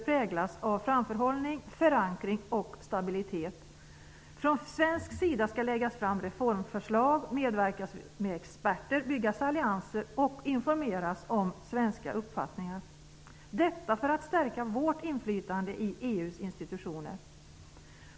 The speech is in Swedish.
präglas av framförhållning, förankring och stabilitet. Från svensk sida skall läggas fram reformförslag, medverkas med experter, byggas allianser och informeras om svenska uppfattningar - detta för att stärka vårt inflytande i EU:s institutioner.